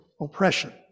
oppression